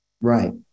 Right